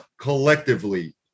collectively